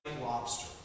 lobster